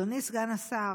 אדוני סגן השר,